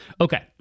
Okay